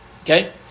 Okay